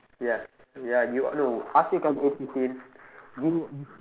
ya ya you no ask him to come at eight fifteen you you